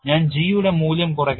ഞാൻ G യുടെ മൂല്യം കുറയ്ക്കണം